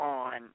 on